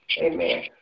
Amen